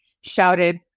shouted